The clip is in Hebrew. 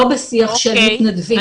לא בשיח של מתנדבים,